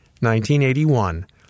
1981